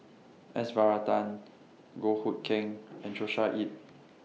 S Varathan Goh Hood Keng and Joshua Ip